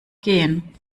gehen